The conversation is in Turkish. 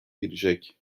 girecek